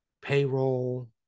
payroll